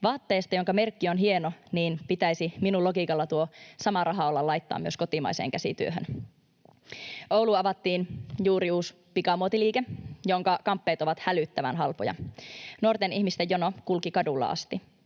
vaatteesta, jonka merkki on hieno, niin pitäisi minun logiikallani tuo sama raha olla laittaa myös kotimaiseen käsityöhön. Ouluun avattiin juuri uusi pikamuotiliike, jonka kamppeet ovat hälyttävän halpoja. Nuorten ihmisten jono kulki kadulla asti.